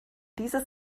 dieses